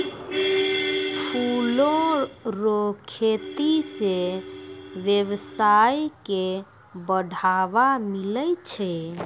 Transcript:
फूलो रो खेती से वेवसाय के बढ़ाबा मिलै छै